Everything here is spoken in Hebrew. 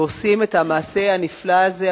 ועושים את המעשה הנפלא הזה.